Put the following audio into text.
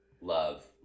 love